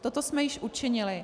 Toto jsme již učinili.